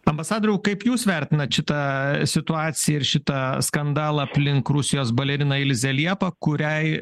ambasadoriau kaip jūs vertinat šitą situaciją ir šitą skandalą aplink rusijos baleriną ilzę liepą kuriai